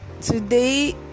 today